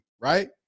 right